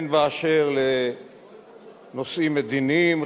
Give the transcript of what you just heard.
הן באשר לנושאים מדיניים,